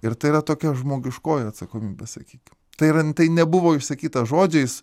ir tai yra tokia žmogiškoji atsakomybė sakyki tai yra tai nebuvo išsakyta žodžiais